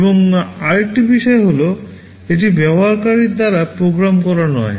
এবং আরেকটি বিষয় হল এটি ব্যবহারকারীর দ্বারা প্রোগ্রাম করা নয়